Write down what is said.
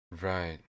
Right